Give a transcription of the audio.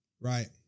Right